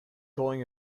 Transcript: culling